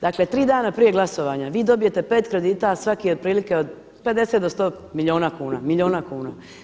Dakle tri dana prije glasovanja, vi dobijete pet kredita a svaki je otprilike od 50 do 100 milijuna kuna, milijuna kuna.